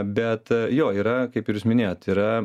bet jo yra kaip ir jūs minėjot yra